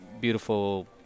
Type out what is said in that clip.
beautiful